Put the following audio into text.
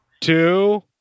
two